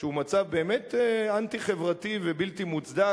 שהוא מצב באמת אנטי-חברתי ובלתי מוצדק,